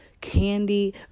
Candy